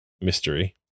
mystery